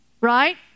Right